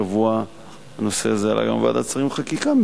השבוע הנושא הזה עלה גם בוועדת שרים לענייני חקיקה,